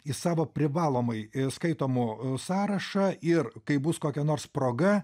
į savo privalomai skaitomų sąrašą ir kai bus kokia nors proga